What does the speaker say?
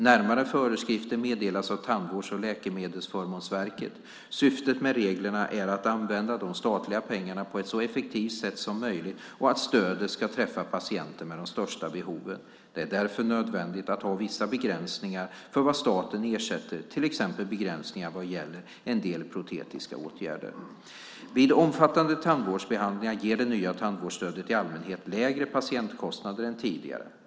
Närmare föreskrifter meddelas av Tandvårds och läkemedelsförmånsverket. Syftet med reglerna är att använda de statliga pengarna på ett så effektivt sätt som möjligt och att stödet ska träffa patienter med de största behoven. Det är därför nödvändigt att ha vissa begränsningar för vad staten ersätter, till exempel begränsningar vad gäller en del protetiska åtgärder. Vid omfattande tandvårdsbehandlingar ger det nya tandvårdsstödet i allmänhet lägre patientkostnader än tidigare.